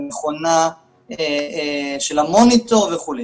המכונה של המוניטור וכו'.